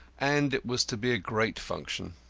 and it was to be a great function.